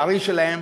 חלק הארי שלהם,